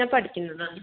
ഞാൻ പഠിക്കുന്നതാ